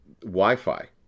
Wi-Fi